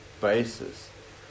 basis